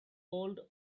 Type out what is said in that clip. old